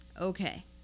okay